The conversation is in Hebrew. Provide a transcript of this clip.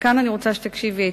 כאן אני רוצה שתקשיבי היטב: